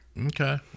okay